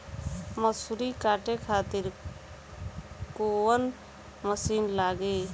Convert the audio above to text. मसूरी काटे खातिर कोवन मसिन लागी?